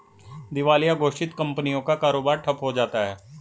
दिवालिया घोषित कंपनियों का कारोबार ठप्प हो जाता है